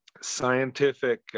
scientific